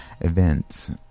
events